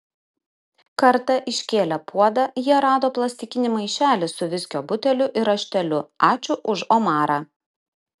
kartą iškėlę puodą jie rado plastikinį maišelį su viskio buteliu ir rašteliu ačiū už omarą